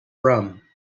rum